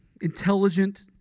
intelligent